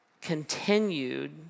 continued